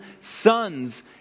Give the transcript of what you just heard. sons